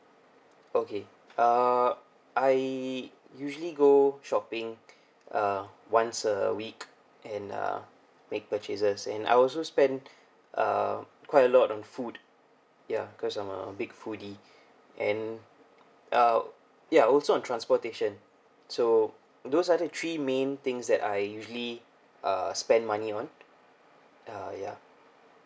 okay uh I usually go shopping uh once a week and uh make purchases and I also spend uh quite a lot on food ya because I'm a big foodie and uh ya also on transportation so those are the three main things that I usually uh spend money on ya ya